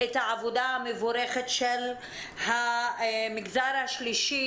לעבודה המבורכת של המגזר השלישי,